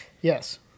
Yes